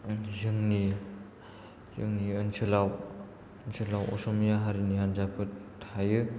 जोंनि ओनसोलाव असमिया हारिनि हानजाफोर थायो